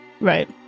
Right